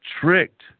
tricked